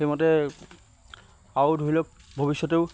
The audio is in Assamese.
সেইমতে আও ধৰি লওক ভৱিষ্যতেও